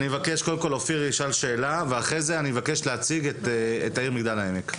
קודם כל אופיר ישאל שאלה ואחרי זה אני מבקש להציג את העיר מגדל העמק,